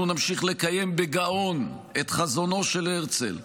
אנחנו נמשיך לקיים בגאון את חזונו של הרצל,